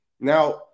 Now